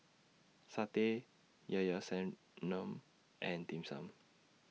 Satay Ilao Ilao Sanum and Dim Sum